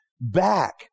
back